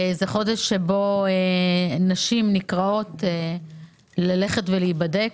זה חודש שבו נשים נקראות ללכת ולהיבדק.